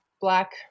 black